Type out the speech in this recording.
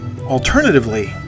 alternatively